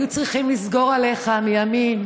היו צריכים לסגור עליך מימין,